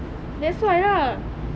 that's why lah